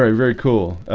very very cool